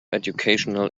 educational